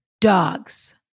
dogs